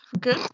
good